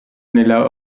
nella